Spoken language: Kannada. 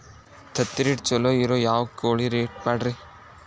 ತತ್ತಿರೇಟ್ ಛಲೋ ಇರೋ ಯಾವ್ ಕೋಳಿ ಪಾಡ್ರೇ?